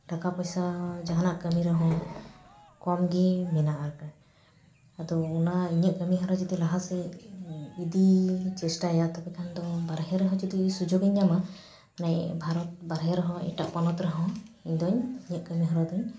ᱴᱟᱠᱟ ᱯᱚᱭᱥᱟ ᱡᱟᱦᱟᱱᱟᱜ ᱠᱟᱹᱢᱤ ᱨᱮᱦᱚᱸ ᱠᱚᱢᱜᱮ ᱢᱮᱱᱟᱜᱼᱟ ᱟᱫᱚ ᱤᱧᱟᱹᱜ ᱠᱟᱹᱢᱤ ᱦᱚᱨᱟ ᱡᱩᱫᱤ ᱞᱟᱦᱟᱥᱮᱫ ᱤᱫᱤᱧ ᱪᱮᱥᱴᱟᱭᱟ ᱛᱚᱵᱮᱠᱷᱟᱱ ᱫᱚ ᱵᱟᱨᱦᱮ ᱨᱮᱦᱚᱸ ᱡᱩᱫᱤ ᱥᱩᱡᱳᱜᱤᱧ ᱧᱟᱢᱟ ᱢᱟᱱᱮ ᱵᱷᱟᱨᱚᱛ ᱵᱟᱨᱦᱮ ᱨᱮᱦᱚᱸ ᱮᱴᱟᱜ ᱯᱚᱱᱚᱛ ᱨᱮᱦᱚᱸ ᱤᱧᱫᱚᱧ ᱤᱧᱟᱹᱜ ᱠᱟᱹᱢᱤᱦᱚᱨᱟ ᱫᱚᱧ